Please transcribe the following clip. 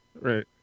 right